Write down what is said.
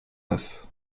neuf